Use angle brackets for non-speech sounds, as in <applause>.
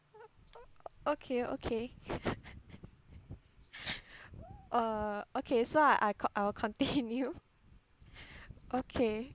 okay okay <laughs> uh okay so I I I'll continue <laughs> okay